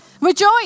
rejoice